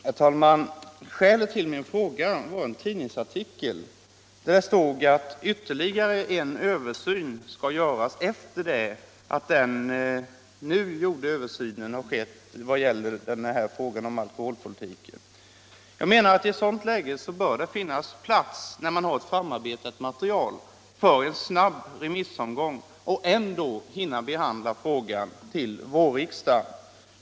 Herr talman! Skälet till min fråga var en tidningsartikel, där det stod att ytterligare en översyn skall göras i fråga om alkoholpolitiken efter det att den nu pågående översynen har skett. Jag anser att i ett läge när det finns ett framarbetat material bör man ha plats för en snabb remissomgång och ändå hinna behandla frågan till vårriksdagen.